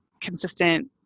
consistent